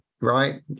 Right